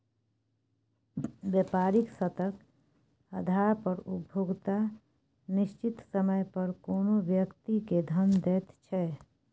बेपारिक शर्तेक आधार पर उपभोक्ता निश्चित समय पर कोनो व्यक्ति केँ धन दैत छै